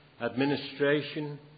administration